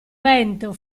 vento